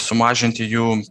sumažinti jų